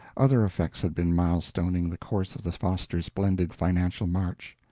other effects had been milestoning the course of the fosters' splendid financial march.